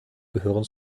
gehören